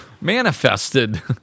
manifested